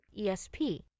ESP